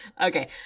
Okay